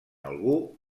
algú